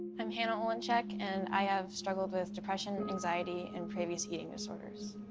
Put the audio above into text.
i'm hannah olenchek, and i have struggled with depression, anxiety and previous eating disorders.